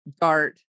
dart